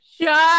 Shut